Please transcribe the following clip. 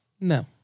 No